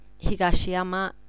Higashiyama